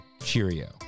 Cheerio